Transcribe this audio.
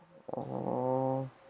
oh